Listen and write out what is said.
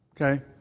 Okay